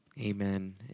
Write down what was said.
amen